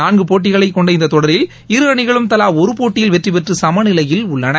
நான்கு போட்டிகளைக் கொண்ட இந்த தொடரில் இரு அணிகளும் தலா ஒரு போட்டியில் வெற்றிபெற்று சம நிலையில் உள்ளன